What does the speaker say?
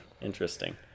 Interesting